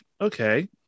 okay